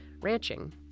Ranching